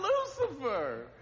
Lucifer